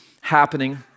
happening